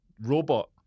robot